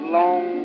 long